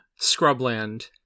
Scrubland